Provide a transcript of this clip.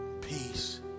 peace